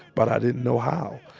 but i didn't know how.